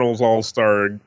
All-Star